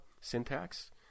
syntax